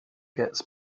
gets